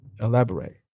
Elaborate